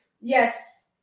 Yes